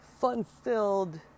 fun-filled